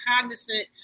cognizant